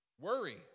Worry